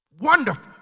Wonderful